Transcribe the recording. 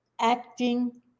acting